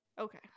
Okay